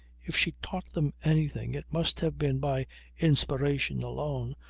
if she taught them anything it must have been by inspiration alone,